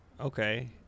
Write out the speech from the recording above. Okay